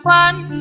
one